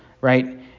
right